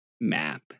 map